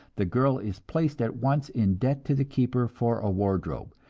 the girl is placed at once in debt to the keeper for a wardrobe.